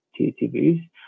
TVs